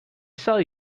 sell